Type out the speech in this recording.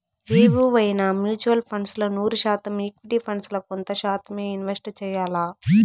ఎవువైనా mutual funds ల నూరు శాతం ఈక్విటీ ఫండ్స్ ల కొంత శాతమ్మే ఇన్వెస్ట్ చెయ్యాల్ల